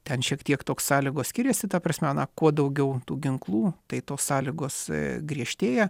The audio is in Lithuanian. ten šiek tiek toks sąlygos skiriasi ta prasme na kuo daugiau tų ginklų tai tos sąlygos griežtėja